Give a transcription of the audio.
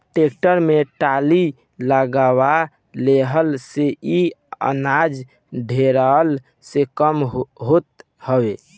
tractor में trolley लगवा लेहला से इ अनाज ढोअला के काम देत हवे